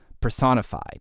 personified